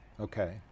Okay